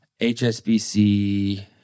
hsbc